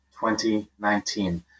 2019